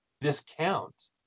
discount